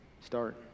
Start